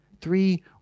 three